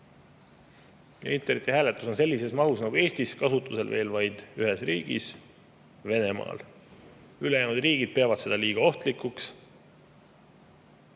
Internetihääletus on sellises mahus nagu Eestis kasutusel veel vaid ühes riigis, Venemaal. Ülejäänud riigid peavad seda liiga ohtlikuks.